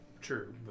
True